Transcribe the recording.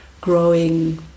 growing